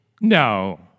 No